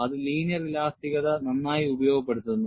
അത് ലീനിയർ ഇലാസ്തികത നന്നായി ഉപയോഗപ്പെടുത്തുന്നു